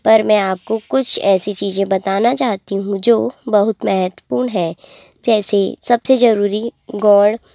पर मैं आपको कुछ ऐसी चीज़ें बताना चाहती हूँ जो बहुत महत्वपूर्ण है जैसे सबसे जरूरी गौड़